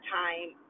time